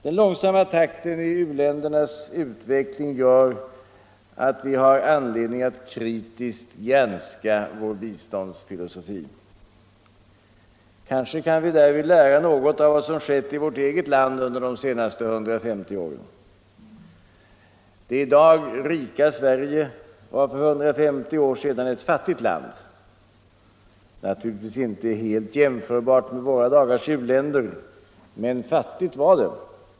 Den långsamma takten i u-ländernas utveckling gör att vi har anledning att kritiskt granska vår biståndsfilosofi. Kanske kan vi därvid lära något av vad som skett i vårt eget land under de senaste 150 åren. Det i dag rika Sverige var för 150 år sedan ett fattigt land — naturligtvis inte helt jämförbart med våra dagars u-länder men fattigt var det.